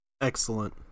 Excellent